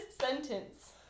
sentence